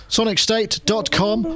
SonicState.com